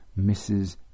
Mrs